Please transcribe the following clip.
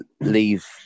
leave